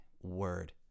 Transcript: word